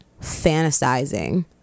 fantasizing